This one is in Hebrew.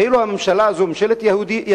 כאילו הממשלה הזאת היא ממשלת היהודים